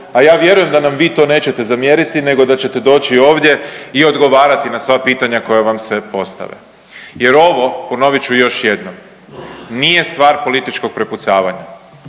a ja vjerujem da nam vi to neće zamjeriti, nego da ćete doći ovdje i odgovarati na sva pitanja koja vam se postave. Jer ovo ponovit ću još jednom nije stvar političkog prepucavanja,